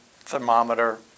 thermometer